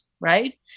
right